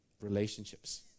Relationships